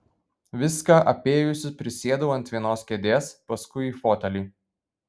viską apėjusi prisėdau ant vienos kėdės paskui į fotelį